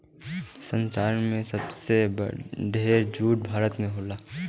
संसार में सबसे ढेर जूट भारत में होला